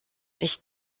ich